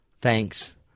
Thanks